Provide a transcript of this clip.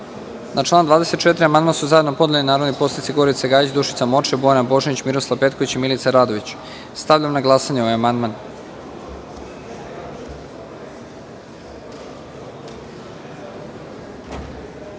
član 7. amandman su zajedno podneli narodni poslanici Gorica Gajić, Dušica Morčev, Bojana Božanić, Miroslav Petković i Milica Radović. Stavljam na glasanje ovaj amandman. Molim